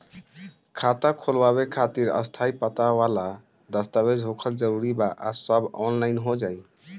खाता खोलवावे खातिर स्थायी पता वाला दस्तावेज़ होखल जरूरी बा आ सब ऑनलाइन हो जाई?